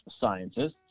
scientists